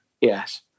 Yes